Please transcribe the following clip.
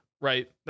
right